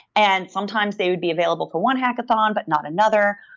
and sometimes they would be available for one hackathon, but not another.